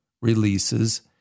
releases